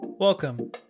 Welcome